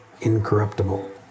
incorruptible